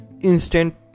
instant